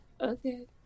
Okay